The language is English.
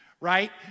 Right